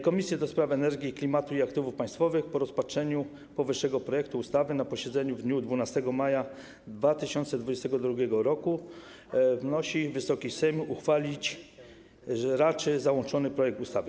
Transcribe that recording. Komisja do Spraw Energii, Klimatu i Aktywów Państwowych po rozpatrzeniu powyższego projektu ustawy na posiedzeniu w dniu 12 maja 2022 r. wnosi, aby Wysoki Sejm uchwalić raczył załączony projekt ustawy.